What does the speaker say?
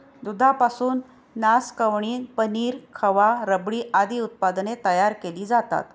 दुधापासून नासकवणी, पनीर, खवा, रबडी आदी उत्पादने तयार केली जातात